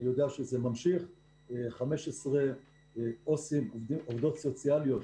15 עובדים סוציאליים,